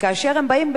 וכאשר הם באים,